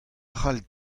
cʼhall